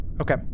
Okay